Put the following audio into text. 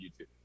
YouTube